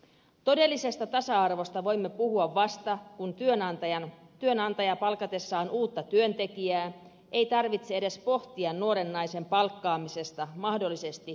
todellisesta tasa arvosta voimme puhua vasta kun työnantajan palkatessaan uutta työntekijää ei tarvitse edes pohtia nuoren naisen palkkaamisesta mahdollisesti koituvia kuluja